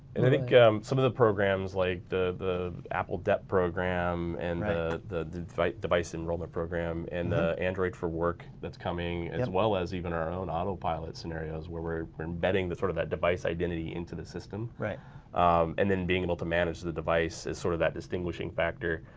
and i think some of the programs like the the apple dep program and the the device device enrollment program and the android for work that's coming as well as even our own autopilot scenarios where we're embedding the sort of that device identity into the system. and then being able to manage the device, is sort of that distinguishing factor,